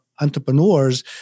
entrepreneurs